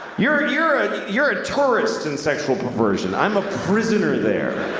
you're you're a. you're a tourist in sexual perversion i'm a prisoner there.